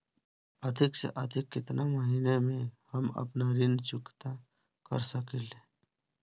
अधिक से अधिक केतना महीना में हम आपन ऋण चुकता कर सकी ले?